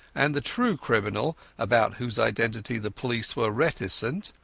and the true criminal, about whose identity the police were reticent,